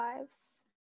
lives